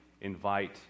invite